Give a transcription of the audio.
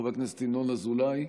חבר הכנסת ינון אזולאי,